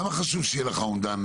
למה חשוב שיהיה לך אומדן,